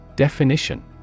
Definition